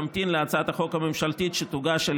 תמתין להצעת החוק הממשלתית שתוגש על